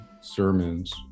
sermons